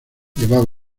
llevaba